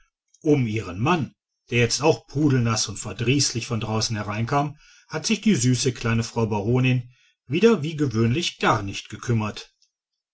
um ihren mann der jetzt auch pudelnaß und verdrießlich von draußen hereinkam hat sich die süße kleine frau baronin wieder wie gewöhnlich gar nicht gekümmert